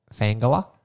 Fangela